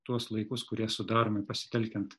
tuos laikus kurie sudaromi pasitelkiant